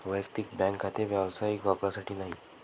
वैयक्तिक बँक खाते व्यावसायिक वापरासाठी नाही